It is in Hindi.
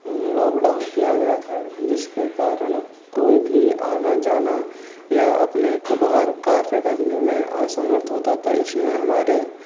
लॉकडाउन किया गया था जिसके कारण कोई भी आना जाना या अपने बाहर कार्य करने में असमर्थ होता था इसमें हमारे